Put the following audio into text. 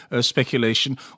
speculation